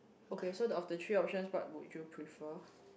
okay so the of the three options what would you prefer